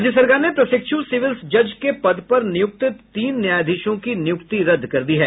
राज्य सरकार ने प्रशिक्षु सिविल जज के पद पर नियुक्त तीन न्यायाधीशों की नियुक्ति रद्द कर दी है